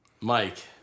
Mike